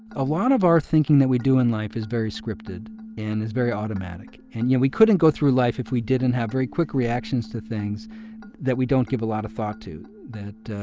a lot of our thinking that we do in life is very scripted and is very automatic. and, you know, we couldn't go through life if we didn't have very quick reactions to things that we don't give a lot of thought to, that